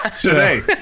Today